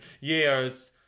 years